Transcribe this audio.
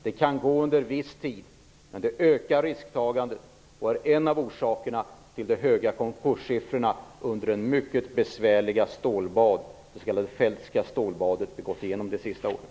Det kan gå en viss tid, men det ökar risktagandet och är en av orsakerna till de höga konkurssiffrorna under det mycket besvärliga stålbadet - det s.k. feldtska stålbadet - vi har gått igenom under de senaste åren.